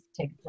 take